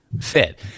fit